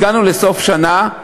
הגענו לסוף שנה,